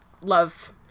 love